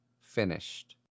finished